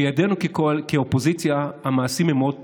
בידינו כאופוזיציה המעשים הם מאוד קטנים.